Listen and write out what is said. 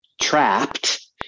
trapped